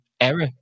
error